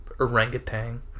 orangutan